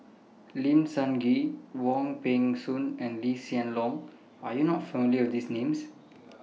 Lim Sun Gee Wong Peng Soon and Lee Hsien Loong Are YOU not familiar with These Names